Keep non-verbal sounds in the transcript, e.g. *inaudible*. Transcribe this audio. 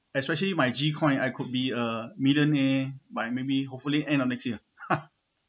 especially my G coin I could be a millionaire by maybe hopefully end of next year *laughs*